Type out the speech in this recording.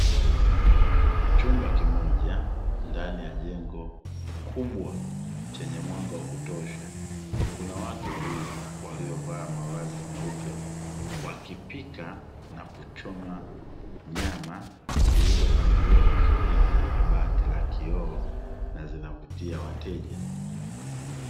Chumba kimoja, ndani ya jengo kubwa chenye mwanga wa kutosha, na watu wawili waliovaa mavazi meupe wakipika na kuchoma nyama zilizopangiliwa vizuri kwenye kabati la kioo, na zinavutia wateja.